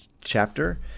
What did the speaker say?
chapter